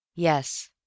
Yes